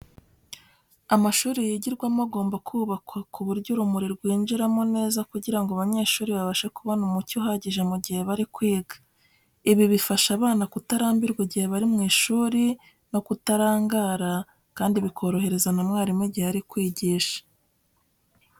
Amashuri yigirwamo agomba kubakwa ku buryo urumuri rwinjiramo neza kugira ngo abanyeshuri babashe kubona umucyo uhagije mu gihe bari kwiga. Ibi bifasha abana kutarambirwa igihe bari mu ishuri no kutarangara, kandi bikorohereza na mwarimu igihe ari kwigisha.